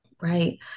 Right